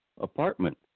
apartment